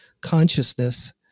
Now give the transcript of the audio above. consciousness